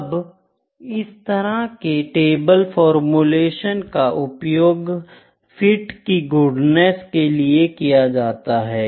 अब इस तरह के टेबल फॉर्मूलेशन का उपयोग फिट की गुडनेस के लिए किया जाता है